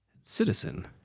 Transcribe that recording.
Citizen